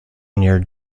near